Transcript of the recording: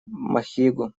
махигу